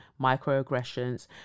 microaggressions